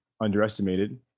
underestimated